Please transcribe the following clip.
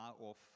off